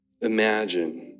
imagine